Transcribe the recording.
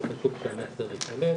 אבל חשוב שהמסר ייקלט,